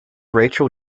rachel